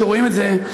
שרואים את זה,